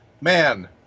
man